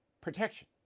Protection